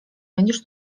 będziesz